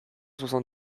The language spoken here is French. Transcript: soixante